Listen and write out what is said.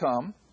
come